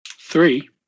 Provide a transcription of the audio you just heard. Three